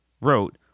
wrote